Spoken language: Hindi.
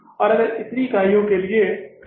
और अगर यह कितनी इकाइयों के लिए है